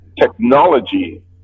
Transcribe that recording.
technology